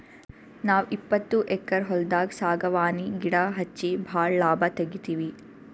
ನಾವ್ ಇಪ್ಪತ್ತು ಎಕ್ಕರ್ ಹೊಲ್ದಾಗ್ ಸಾಗವಾನಿ ಗಿಡಾ ಹಚ್ಚಿ ಭಾಳ್ ಲಾಭ ತೆಗಿತೀವಿ